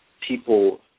people